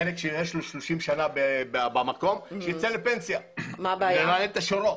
חלק שהוא 30 שנה במקום שייצא לפנסיה כדי לרענן את השורות.